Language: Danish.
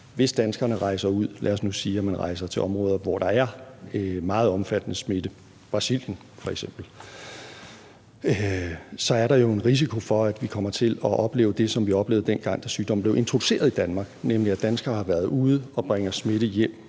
at man rejser til områder, hvor der er meget omfattende smitte, f.eks. Brasilien – er der jo en risiko for, at vi kommer til at opleve det, som vi oplevede, dengang sygdommen blev introduceret i Danmark, nemlig at danskere har været ude og bringer smitte hjem